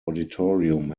auditorium